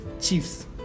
chiefs